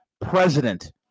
president